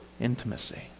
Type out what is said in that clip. intimacy